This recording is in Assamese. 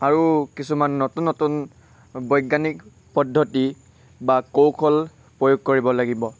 আৰু কিছুমান নতুন নতুন বৈজ্ঞানিক পদ্ধতি বা কৌশল প্ৰয়োগ কৰিব লাগিব